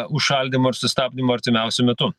užšaldymo ir sustabdymo artimiausiu metu